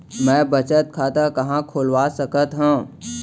मै बचत खाता कहाँ खोलवा सकत हव?